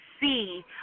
see